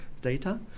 data